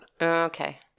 Okay